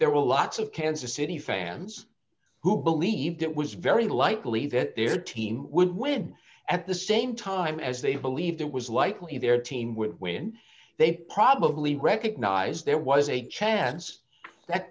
there will lots of kansas city fans who believed it was very likely that their team would win at the same time as they believed it was likely their team will win they probably recognize there was a chance that